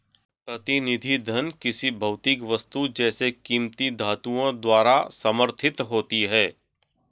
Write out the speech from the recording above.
प्रतिनिधि धन किसी भौतिक वस्तु जैसे कीमती धातुओं द्वारा समर्थित होती है